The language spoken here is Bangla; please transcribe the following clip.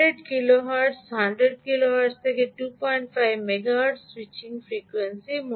100 কিলোহার্টজ 100 কিলোহার্টজ থেকে 25 মেগাহের্টজ স্যুইচিং ফ্রিকোয়েন্সি